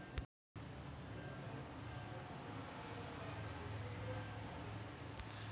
कांद्या कोनच्या हंगामात अस कोनच्या मईन्यात पेरावं?